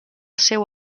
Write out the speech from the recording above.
seu